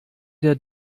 der